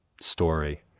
story